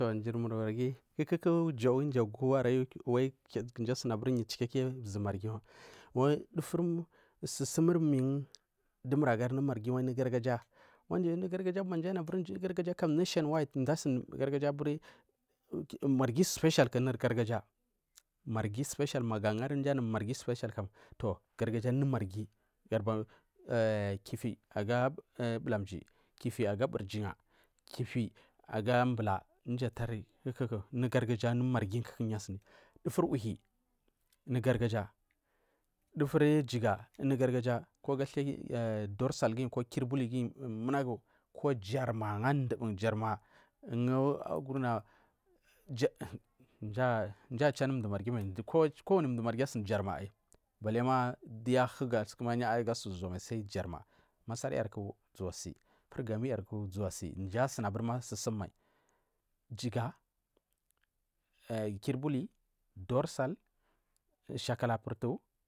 Mjirmur marghi kuku jau jagu aryu ku mji asuni aburi yu chikikmarghi dufu sursumur muragari nur marghi gwara nuri gargaja nurgargaju kam dumur sumkam natanunde marghi special janu gargaya marghi special magu anցari marghi special kan nuri gazaya marghi gadubari kifi jan aga bulamji kifi aga burjiga kifi aga bula anu gargaja jan duyu asuni kam dufur uhawi gargaja dufur jiga unuri gargaju dugu athai ku aga dorsal ko kirbuli guyi ko jarma ugu agurna ja chu anu mduri marghi mai balaima duyagahu ma su dunya aza masar yarku zuwa si purgami yarku zuwasi ja asuni abur sursum mai jiga, kirbuli dorsal, shakala purtu.